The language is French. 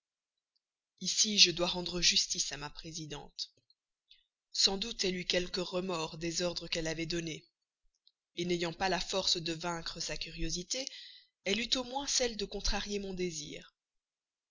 ici je dois rendre justice à ma présidente sans doute elle eut quelques remords des ordres qu'elle avait donnés n'ayant pas la force de vaincre sa curiosité elle eut au moins celle de contrarier mon désir